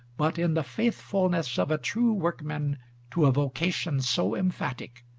but in the faithfulness of a true workman to a vocation so emphatic,